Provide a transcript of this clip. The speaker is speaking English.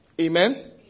Amen